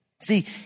see